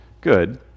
good